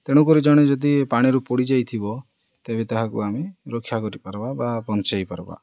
ତେଣୁକରି ଜଣେ ଯଦି ପାଣିରୁ ପଡ଼ି ଯାଇଥିବ ତେବେ ତାହାକୁ ଆମେ ରକ୍ଷା କରି ପାର୍ବା ବା ବଞ୍ଚେଇ ପାର୍ବା